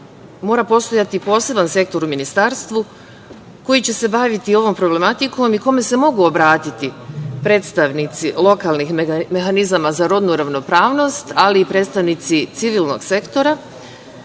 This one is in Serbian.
mora postojati poseban sektor u ministarstvu koji će se baviti ovom problematikom i kome se mogu obratiti predstavnici lokalnih mehanizama za rodnu ravnopravnost, ali i predstavnici civilnog sektora